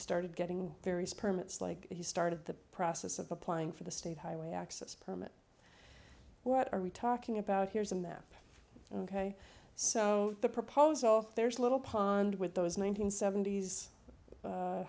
started getting various permits like he started the process of applying for the state highway access permit what are we talking about here is a map ok so the proposal there's a little pond with those nineteen seventies